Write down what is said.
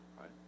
right